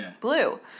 blue